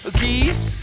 geese